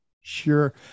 Sure